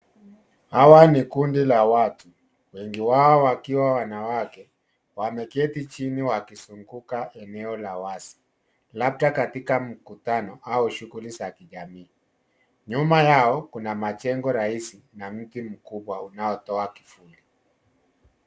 Hawa ni kundi la watu, wengi wao wakiwa wanawake wameketi chini wakizunguka eneo la wazi labda katika mkutano au shughuli za kijamii. Nyuma yao, kuna majengo rahisi na mti mkubwa unaotoa kivuli.